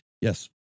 Yes